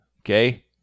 Okay